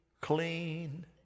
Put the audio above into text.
clean